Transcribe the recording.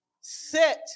Sit